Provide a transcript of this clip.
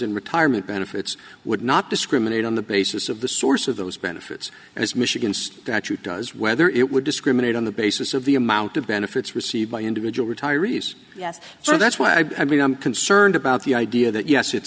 in retirement benefits would not discriminate on the basis of the source of those benefits and as michigan statute does whether it would discriminate on the basis of the amount of benefits received by individual retirees yes so that's what i mean i'm concerned about the idea that yes it